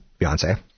Beyonce